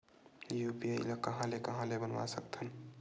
UPI ल कहां ले कहां ले बनवा सकत हन?